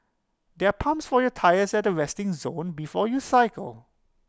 there are pumps for your tyres at the resting zone before you cycle